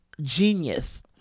genius